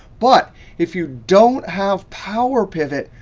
but if you don't have power pivot,